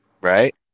Right